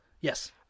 Yes